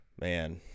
man